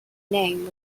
name